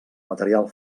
material